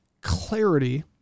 clarity